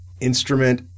instrument